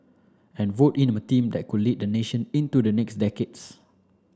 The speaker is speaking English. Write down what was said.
and vote in a team that could lead the nation into the next decades